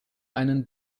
einen